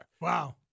Wow